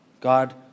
God